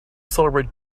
celebrate